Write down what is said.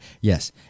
yes